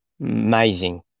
amazing